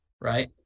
right